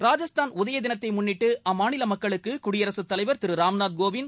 ராஜஸ்தான் உதயதினத்தை முன்னிட்டு அம்மாநில மக்களுக்கு குடியரசுத்தலைவர் திரு ராம்நாத் கோவிந்த்